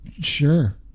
Sure